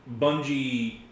Bungie